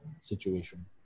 situation